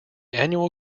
annual